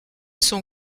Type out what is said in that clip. son